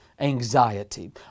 anxiety